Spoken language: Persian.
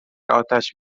اتش